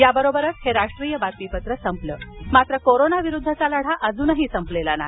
याबरोबरच हे राष्ट्रीय बातमीपत्र संपलं मात्र कोरोनाविरुद्धचा लढा अजूनही संपलेला नाही